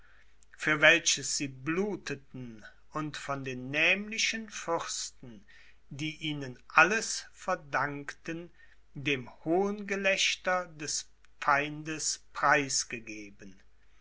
für welches sie bluteten und von den nämlichen fürsten die ihnen alles verdankten dem hohngelächter des feindes preisgegeben